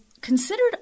considered